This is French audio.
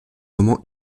romans